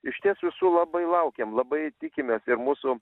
iš ties visų labai laukiam labai tikimės ir mūsų